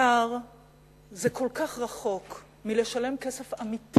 הדר זה כל כך רחוק מלשלם כסף אמיתי,